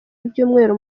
ibyumweru